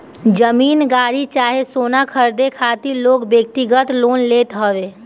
जमीन, गाड़ी चाहे सोना खरीदे खातिर लोग व्यक्तिगत लोन लेत हवे